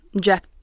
Jack